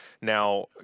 Now